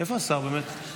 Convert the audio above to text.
איפה השר באמת?